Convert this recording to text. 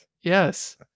Yes